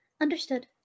Understood